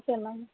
okay ma'am